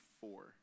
four